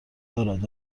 دارد